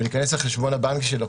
ולהיכנס לחשבון הבנק שלו